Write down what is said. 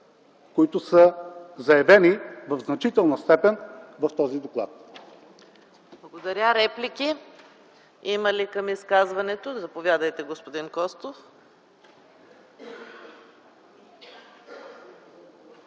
които са заявени в значителна степен в този доклад.